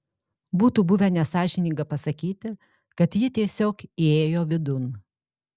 būtų buvę nesąžininga pasakyti kad ji tiesiog įėjo vidun